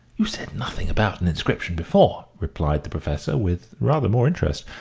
you said nothing about an inscription before, replied the professor, with rather more interest.